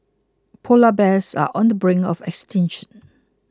Polar Bears are on the brink of extinction